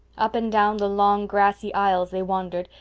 up and down the long grassy aisles they wandered,